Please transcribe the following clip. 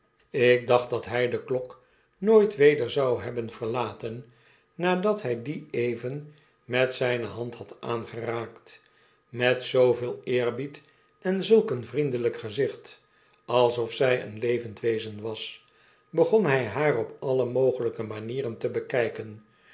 ik dacht dat hy de klok nooit weder zou hebben verlaten nadat hi die even met zyne hand had aangeraakt met zooveel eerbied en zulk een vriendelyk gezicht alsof zy een levend wezen was begon hy haar op alle mogelyke manieren te bekyken